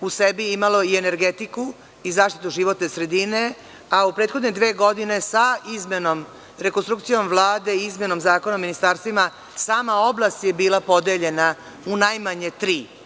u sebi imalo i energetiku i zaštitu životne sredine, a u prethodne dve godine sa rekonstrukcijom Vlade i izmenom Zakona o ministarstvima, sama oblast je bila podeljena u najmanje tri